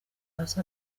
hasi